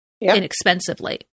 inexpensively